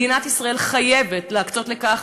מדינת ישראל חייבת להקצות לכך